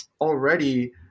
already